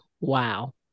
Wow